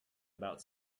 about